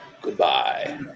goodbye